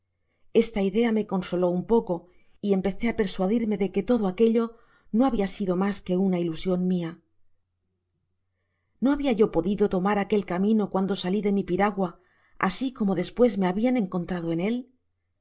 esta idea me consoló un poco y empecé á persuadirme de que todo aquello no habia sido mas que una ilusion mia no babia yo podido tomar aquel camino cuando sali de mi piragua asi como despues me habian encontrado en el